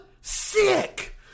Sick